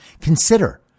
consider